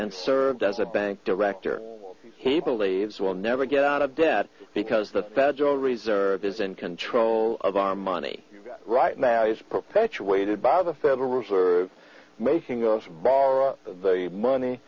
and served as a bank director he believes we'll never get out of debt because the federal reserve is in control of our money right now is perpetuated by the federal reserve making your borrow money